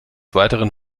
weiteren